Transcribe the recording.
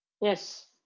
yes